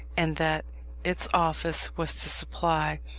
and that its office was to supply,